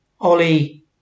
Ollie